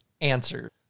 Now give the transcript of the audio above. answer